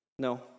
No